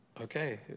Okay